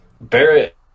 Barrett